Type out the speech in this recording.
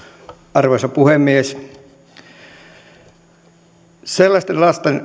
arvoisa puhemies sellaisten